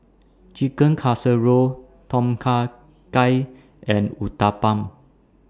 Chicken Casserole Tom Kha Gai and Uthapam